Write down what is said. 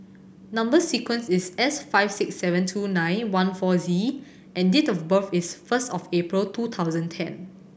number sequence is S five six seven two nine one four Z and date of birth is first of April two thousand ten